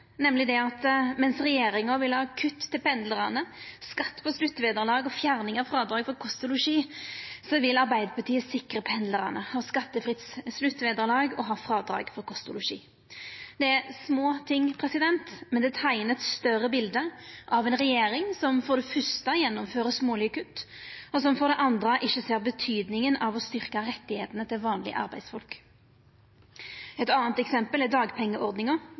at mens regjeringa vil ha kutt til pendlarane, skatt på sluttvederlag og fjerning av frådrag for kost og losji, vil Arbeidarpartiet sikra pendlarane, ha skattefritt sluttvederlag og ha frådrag for kost og losji. Det er små ting, men det teiknar eit større bilde av ei regjering som for det første gjennomfører smålege kutt, og som for det andre ikkje ser betydinga av å styrkja rettane til vanlege arbeidsfolk. Eit anna eksempel er dagpengeordninga.